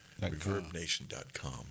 ReverbNation.com